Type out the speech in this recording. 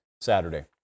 Saturday